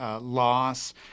loss